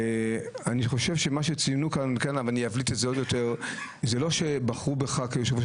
מה שציינו כאן זה לא שבחרו בך ליושב-ראש